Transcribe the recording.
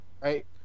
Right